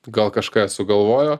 gal kažką ir sugalvojo